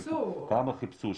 כמה חיפשו,